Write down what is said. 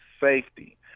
safety